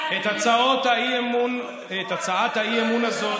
את הצעת האי-אמון הזאת